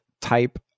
type